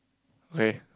okay